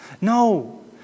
No